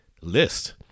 list